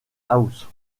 house